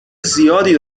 زیادی